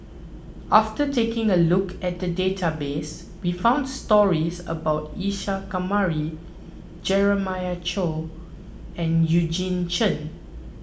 after taking a look at the database we found stories about Isa Kamari Jeremiah Choy and Eugene Chen